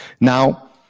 Now